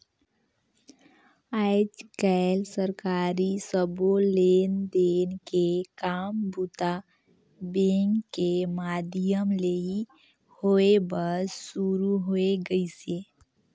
आयज कायल सरकारी सबो लेन देन के काम बूता बेंक के माधियम ले ही होय बर सुरू हो गइसे